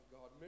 God